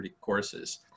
courses